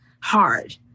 hard